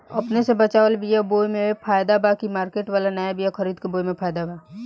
अपने से बचवाल बीया बोये मे फायदा बा की मार्केट वाला नया बीया खरीद के बोये मे फायदा बा?